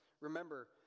remember